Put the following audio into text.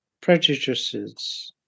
prejudices